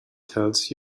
tells